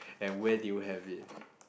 and where did you have it